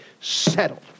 settled